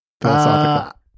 philosophical